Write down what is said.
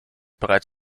bereits